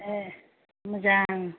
ए मोजां